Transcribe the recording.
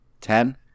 Ten